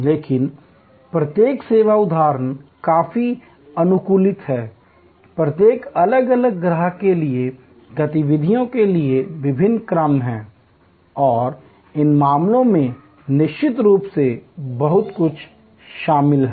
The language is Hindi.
लेकिन प्रत्येक सेवा उदाहरण काफी अनुकूलित है प्रत्येक अलग अलग ग्राहक के लिए गतिविधियों के विभिन्न क्रम हैं और इन मामलों में निश्चित रूप से बहुत कुछ शामिल है